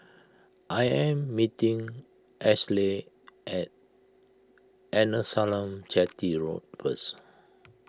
I am meeting Ashleigh at Arnasalam Chetty Road first